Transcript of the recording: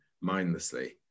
mindlessly